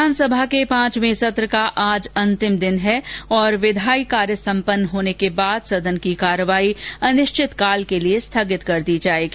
विधानसभा के पांचवें सत्र का आज अंतिम दिन है और विधायी कार्य सम्पन्न होने के बाद सदन की कार्यवाही अनिश्चितकाल के लिए स्थगित कर दी जाएगी